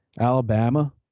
Alabama